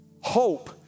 Hope